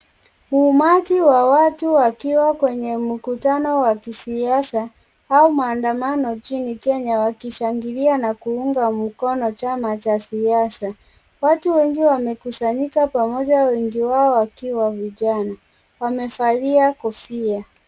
Umati wa watu wakiwa kwenye mkutano wa kisiasa au maandamano nchini Kenya, wakishangilia na kuunga mkono chama cha siasa. Watu wengi wamekusanyika pamoja, wengi wao, wakiwa vijana. Wamevalia kofia.